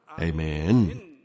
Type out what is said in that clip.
Amen